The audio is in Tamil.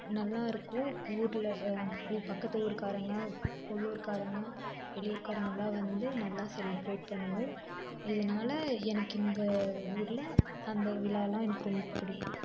நல்லாயிருக்கும் ஊரில் பக்கத்தூருக்காரங்கள் உள்ளூர்காரங்கள் வெளியூர்காரங்களாம் வந்து நல்லா செலிபிரேட் பண்ணுவோம் இதனால எனக்கு இந்த ஊரில் அந்த விழாலாம் எனக்கு ரொம்ப பிடிக்கும்